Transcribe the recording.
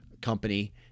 company